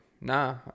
nah